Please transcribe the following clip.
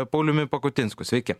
pauliumi pakutinsku sveiki